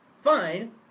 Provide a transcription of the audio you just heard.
Fine